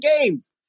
games